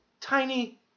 tiny